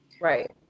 Right